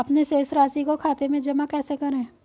अपने शेष राशि को खाते में जमा कैसे करें?